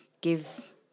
give